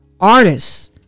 artists